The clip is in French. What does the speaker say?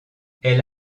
elle